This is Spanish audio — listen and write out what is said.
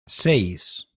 seis